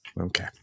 Okay